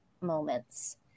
moments